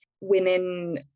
women